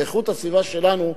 לאיכות הסביבה שלנו,